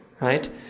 Right